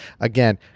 again